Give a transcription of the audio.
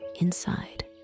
inside